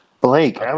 Blake